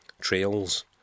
trails